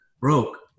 broke